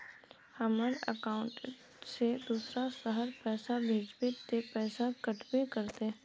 हमर अकाउंट से दूसरा शहर पैसा भेजबे ते पैसा कटबो करते?